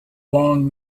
long